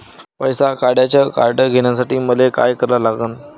पैसा काढ्याचं कार्ड घेण्यासाठी मले काय करा लागन?